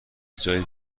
جای